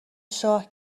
شاه